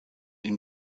ihm